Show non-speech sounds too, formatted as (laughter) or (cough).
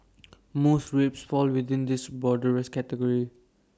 (noise) most rapes fall within this broader rest category